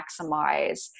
maximize